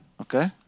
Okay